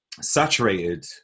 saturated